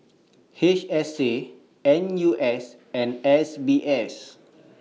H S A N U S and S B S